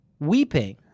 weeping